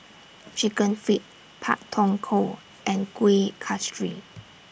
Chicken Feet Pak Thong Ko and Kueh Kasturi